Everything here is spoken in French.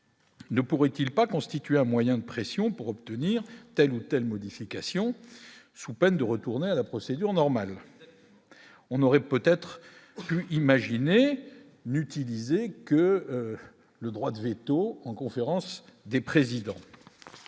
ne pourrait-il pas constituer un moyen de pression pour obtenir telle ou telle modification sous peine de retourner à la procédure normale, on aurait peut-être pu imaginer n'utiliser que le droit de véto en conférence des présidents,